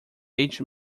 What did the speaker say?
page